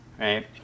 right